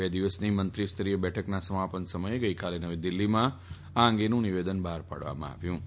બે દિવસની મંત્રીસ્તરીય બેઠકના સમાપન સમયે ગઈકાલે નવી દિલ્ફીમાં આ અંગેનું નિવેદન બહાર પાડયું હતું